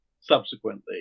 subsequently